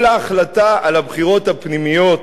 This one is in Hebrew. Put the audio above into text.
כל ההחלטה על הבחירות הפנימיות